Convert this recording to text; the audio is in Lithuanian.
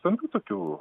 stambių tokių